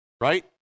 right